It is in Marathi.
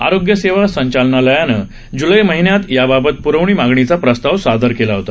आरोग्य सेवा संचालनालयानं जुलै महिन्यात याबाबत प्रवणी मागणीचा प्रस्ताव सादर केला होता